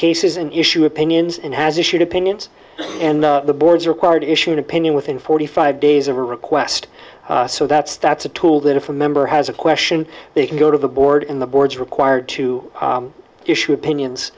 cases an issue opinions and has issued opinions and the board's required issued opinion within forty five days of a request so that's that's a tool that if a member has a question they can go to the board in the board's required to issue opinions